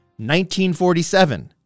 1947